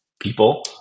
people